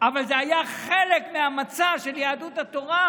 אבל זה היה חלק מהמצע של יהדות התורה,